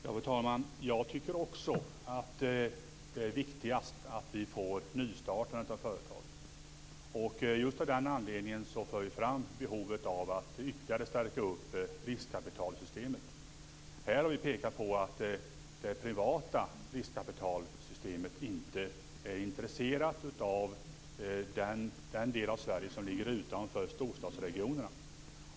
Fru talman! Jag tycker också att det är viktigast att vi får ett nystartande av företag. Just av den anledningen för vi fram behovet av att ytterligare stärka riskkapitalsystemet. Här har vi pekat på att den del av Sverige som ligger utanför storstadsregionerna inte är av intresse för det privata riskkapitalsystemet.